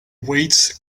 weights